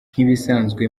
nk’ibisanzwe